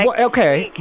Okay